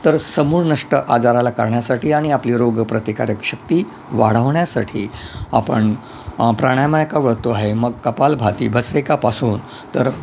तर समूळ नष्ट आजाराला करण्यासाठी आणि आपली रोग प्रतिकारक शक्ती वाढवण्यासाठी आपण प्राणायामाकडं वळतो आहे मग कपालभाती भस्त्रिकापासून तर